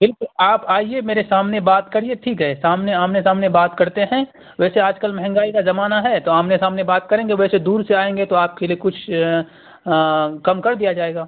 بالکل آپ آئیے میرے سامنے بات کریے ٹھیک ہے سامنے آمنے سامنے بات کرتے ہیں ویسے آج کل مہنگائی کا زمانہ ہے تو آمنے سامنے بات کریں گے ویسے دور سے آئیں گے تو آپ کے لیے کچھ کم کر دیا جائے گا